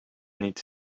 niet